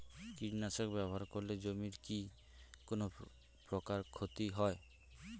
কীটনাশক ব্যাবহার করলে জমির কী কোন প্রকার ক্ষয় ক্ষতি হয়?